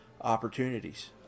opportunities